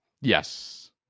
Yes